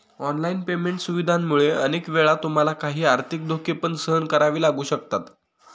online payment सुविधांमुळे अनेक वेळा तुम्हाला काही आर्थिक धोके पण सहन करावे लागू शकतात